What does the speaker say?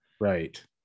Right